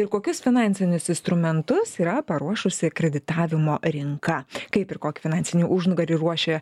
ir kokius finansinius istrumentus yra paruošusi kreditavimo rinka kaip ir kokį finansinį užnugarį ruošia